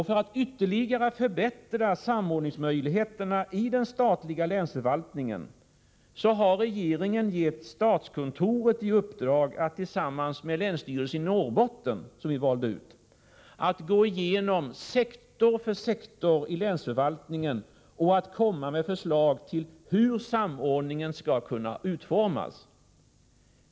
För att ytterligare förbättra samordningsmöjligheterna i den statliga länsförvaltningen har regeringen gett statskontoret i uppdrag att tillsammans med länsstyrelsen i Norrbotten — som vi valde ut — att gå igenom sektor för sektor i länsförvaltningen och att komma med förslag till hur samordningen skall kunna utformas.